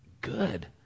good